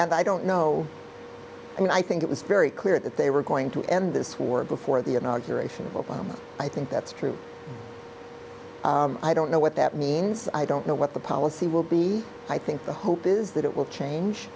and i don't know and i think it was very clear that they were going to end this war before the inauguration i think that's true i don't know what that means i don't know what the policy will be i think the hope is that it will change